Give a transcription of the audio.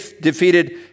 defeated